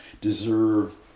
deserve